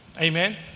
Amen